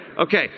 Okay